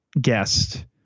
guest